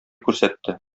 күрсәтте